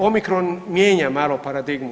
Omicron mijenja malo paradigmu.